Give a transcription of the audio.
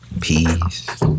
Peace